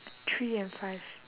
three and five